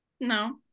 no